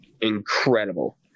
incredible